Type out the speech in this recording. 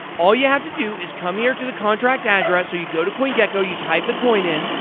all you have to do is come here to the contract address, or you go to coingecko, you type the coin in,